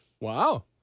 Wow